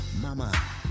Mama